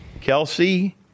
Kelsey